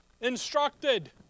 instructed